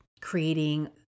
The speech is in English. creating